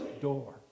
door